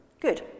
good